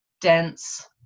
dense